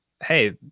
Hey